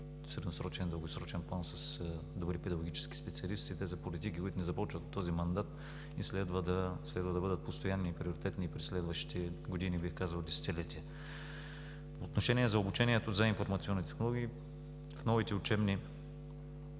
средносрочен и дългосрочен план с добри педагогически специалисти. Те са политики, които не започват в този мандат и следва да бъдат постоянни и приоритетни през следващите години, бих казал десетилетия. По отношение обучението за информационни технологии. В новите учебни